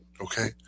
okay